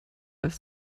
als